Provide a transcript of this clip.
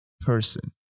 person